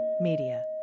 media